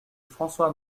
françois